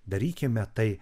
darykime tai